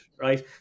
right